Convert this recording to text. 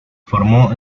formó